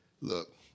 look